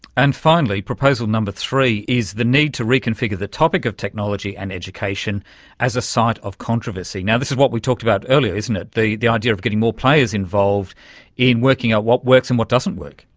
and finally, proposal number three is the need to reconfigure the topic of technology and education as a site of controversy. yeah this is what we talked about earlier, isn't it, the the idea of getting more players involved in working out what works and what doesn't work.